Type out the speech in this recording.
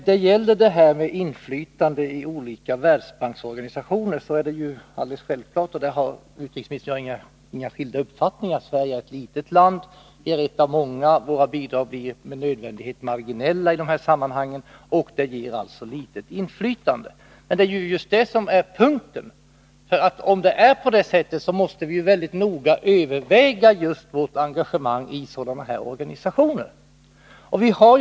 Herr talman! I fråga om inflytandet i olika Världsbanksorganisationer har utrikesministern och jag inga skilda uppfattningar. Sverige är ett litet land, ett av många, och våra bidrag blir med nödvändighet marginella i de här sammanhangen — och det ger alltså litet inflytande. Men just det är ju problemet. Om det är så måste vi mycket noga överväga vårt engagemang i sådana organisationer.